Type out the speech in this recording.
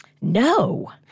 No